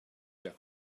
their